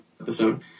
episode